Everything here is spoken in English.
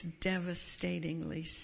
devastatingly